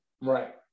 Right